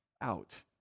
out